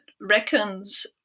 reckons